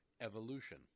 evolution